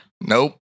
Nope